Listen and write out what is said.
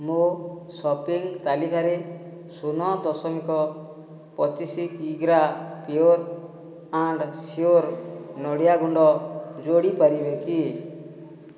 ମୋ ସପିଂ ତାଲିକାରେ ଶୂନ ଦଶମିକ ପଚିଶ କିଗ୍ରା ପିଓର୍ ଆଣ୍ଡ ସିଓର୍ ନଡ଼ିଆ ଗୁଣ୍ଡ ଯୋଡ଼ି ପାରିବେ କି